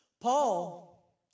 Paul